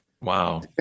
Wow